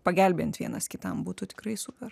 pagelbėjant vienas kitam būtų tikrai super